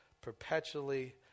perpetually